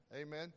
Amen